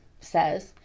says